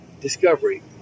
discovery